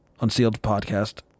unsealedpodcast